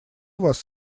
вас